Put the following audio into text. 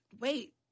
wait